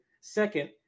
Second